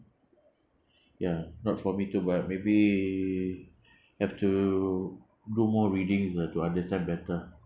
ya not for me to but maybe have to do more reading uh to understand better